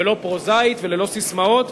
ולא פוזאית וללא ססמאות,